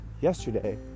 yesterday